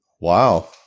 Wow